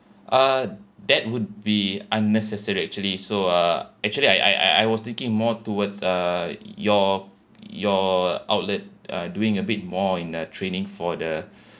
uh that would be unnecessary actually so uh actually I I I was thinking more towards uh your your outlet uh doing a bit more in uh training for the